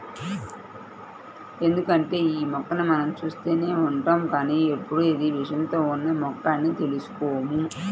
ఎందుకంటే యీ మొక్కని మనం చూస్తూనే ఉంటాం కానీ ఎప్పుడూ ఇది విషంతో ఉన్న మొక్క అని అనుకోము